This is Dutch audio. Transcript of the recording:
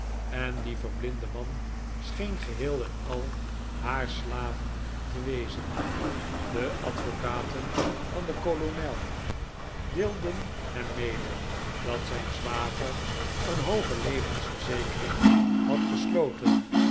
en die verblinde man scheen geheel en al haar slaaf te wezen de advocaten van den kolonel deelden hem mede dat zijn zwager een hooge levensverzekering had gesloten